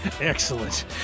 Excellent